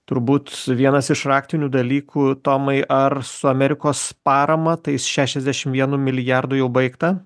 turbūt su vienas iš raktinių dalykų tomai ar su amerikos parama tais šešiasdešim vienu milijardu jau baigta